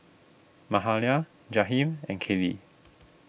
Mahalia Jaheim and Kaley